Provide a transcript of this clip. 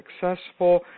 successful